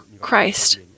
Christ